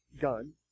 gun